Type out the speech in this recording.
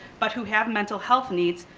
but who have mental health needs,